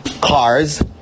cars